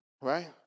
Right